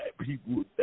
people